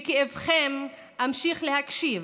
לכאבכם אמשיך להקשיב,